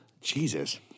Jesus